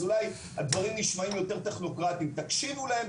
הדברים נשמעים יותר טכנוקרטיים אבל תקשיבו להם,